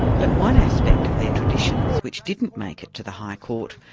but one aspect of their traditions, which didn't make it to the high court,